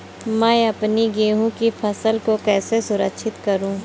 मैं अपनी गेहूँ की फसल को कैसे सुरक्षित करूँ?